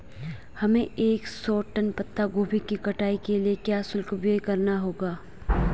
हमें एक सौ टन पत्ता गोभी की कटाई के लिए क्या शुल्क व्यय करना होगा?